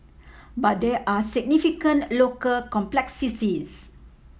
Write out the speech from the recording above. but there are significant local complexities